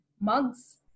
mugs